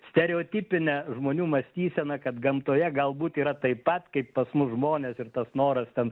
stereotipine žmonių mąstysena kad gamtoje galbūt yra taip pat kaip pas mus žmonės ir tas noras ten